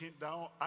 down